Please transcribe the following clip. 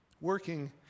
working